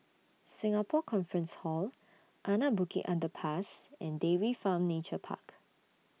Singapore Conference Hall Anak Bukit Underpass and Dairy Farm Nature Park